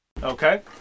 Okay